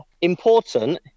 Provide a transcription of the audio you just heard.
important